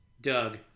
Doug